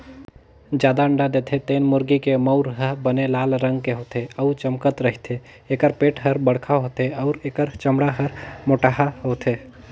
जादा अंडा देथे तेन मुरगी के मउर ह बने लाल रंग के होथे अउ चमकत रहिथे, एखर पेट हर बड़खा होथे अउ एखर चमड़ा हर मोटहा होथे